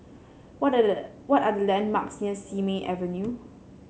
what the what are the landmarks near Simei Avenue